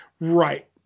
Right